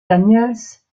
daniels